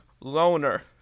loner